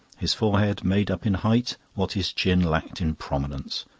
his forehead made up in height what his chin lacked in prominence.